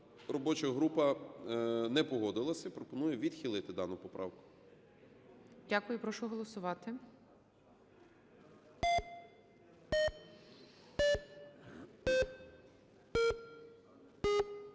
Робоча група не погодилась і пропонує відхилити дану поправку. ГОЛОВУЮЧИЙ. Дякую. Прошу голосувати.